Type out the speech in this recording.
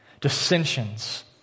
dissensions